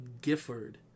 Gifford